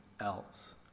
else